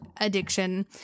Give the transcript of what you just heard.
addiction